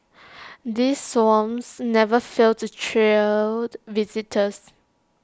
these swans never fail to thrill visitors